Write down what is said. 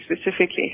specifically